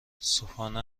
صبحانه